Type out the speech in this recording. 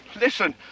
Listen